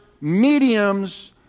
mediums